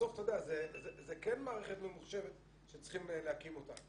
זו כן מערכת ממוחשבת שצריכים להקים אותה.